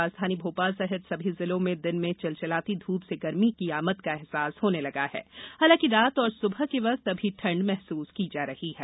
राजधानी भोपाल सहित सभी जिलों में दिन में चिलचिलाती धूप से गर्मी की आमद का अहसास होने लगा है हालांकि रात और सुबह के वक्त अभी ठंड महसूस की जा रही है